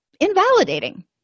invalidating